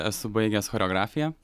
esu baigęs choreografiją